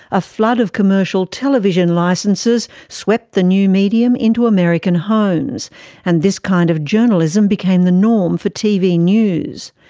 a flood of commercial television licences swept the new medium into american homes and this kind of journalism became the norm for tv news.